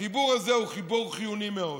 החיבור הזה הוא חיבור חיוני מאוד.